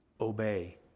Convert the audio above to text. obey